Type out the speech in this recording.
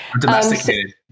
Domesticated